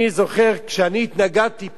אני זוכר שכשאני התנגדתי פה,